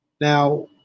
Now